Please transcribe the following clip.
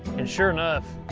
and sure enough,